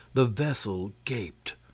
the vessel gaped.